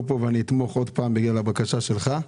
כאן ואני אתמוך עוד פעם בגלל הבקשה שלך,